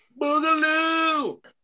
Boogaloo